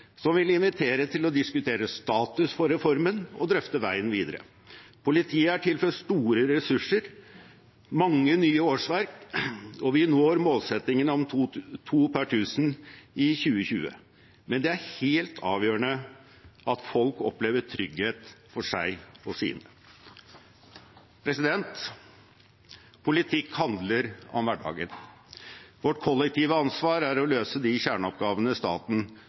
som vil invitere til å diskutere status for reformen og drøfte veien videre. Politiet er tilført store ressurser, mange nye årsverk, og vi når målsettingen om to per tusen i 2020, men det er helt avgjørende at folk opplever trygghet for seg og sine. Politikk handler om hverdagen. Vårt kollektive ansvar er å løse de kjerneoppgavene staten